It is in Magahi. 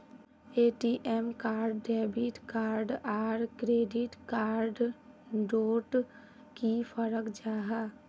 ए.टी.एम कार्ड डेबिट कार्ड आर क्रेडिट कार्ड डोट की फरक जाहा?